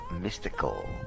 mystical